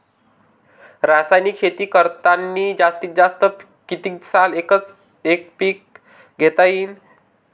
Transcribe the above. रासायनिक शेती करतांनी जास्तीत जास्त कितीक साल एकच एक पीक घेता येईन?